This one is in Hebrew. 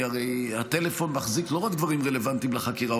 כי הרי הטלפון מחזיק לא רק דברים רלוונטיים לחקירה,